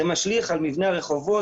זה משליך על מבנה הרחובות,